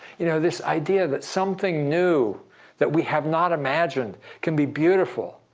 you know, this idea that something new that we have not imagined can be beautiful,